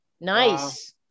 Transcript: Nice